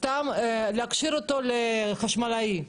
להכשיר אותו לחשמלאי.